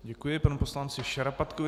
Děkuji panu poslanci Šarapatkovi.